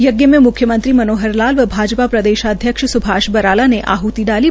यज्ञ में मुख्यमंत्री मनोहर लाल व भाजपा प्रदेशाध्यक्ष सुभाष बराला ने आहति डाली